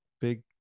big